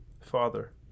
Father